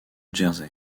jersey